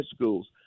schools